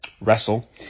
wrestle